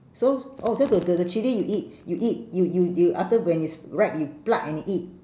so oh so the the the chilli you eat you eat you you you after when it's ripe you pluck and you eat